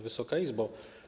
Wysoka Izbo!